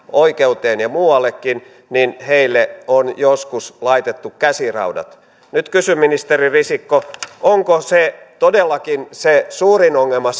oikeuteen ja muuallekin niin heille on joskus laitettu käsiraudat nyt kysyn ministeri risikko onko todellakin se suurin ongelma